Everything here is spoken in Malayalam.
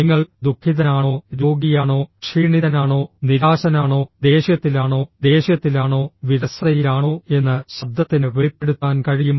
നിങ്ങൾ ദുഃഖിതനാണോ രോഗിയാണോ ക്ഷീണിതനാണോ നിരാശനാണോ ദേഷ്യത്തിലാണോ ദേഷ്യത്തിലാണോ വിരസതയിലാണോ എന്ന് ശബ്ദത്തിന് വെളിപ്പെടുത്താൻ കഴിയും